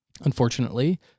Unfortunately